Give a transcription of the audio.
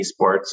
esports